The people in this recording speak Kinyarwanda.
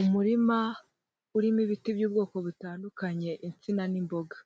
Umurima urimo ibiti by'ubwoko butandukanye insina n'imboga.